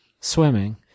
swimming